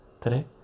today